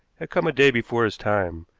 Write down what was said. had come a day before his time,